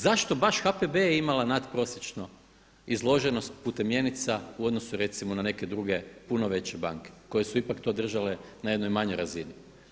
Zašto baš HPB je imala nadprosječno izloženost putem mjenica u odnosu recimo na neke druge puno veće banke koje su ipak to držale na jednoj manjoj razini.